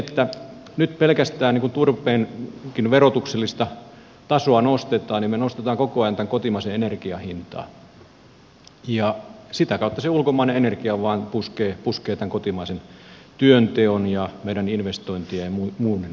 kun nyt pelkästään turpeenkin verotuksellista tasoa nostetaan niin me nostamme koko ajan tämän kotimaisen energian hintaa ja sitä kautta se ulkomainen energia vain puskee tämän kotimaisen työnteon ja meidän investointien ja muun ohitse